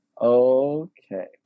Okay